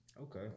Okay